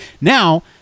now